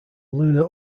lunar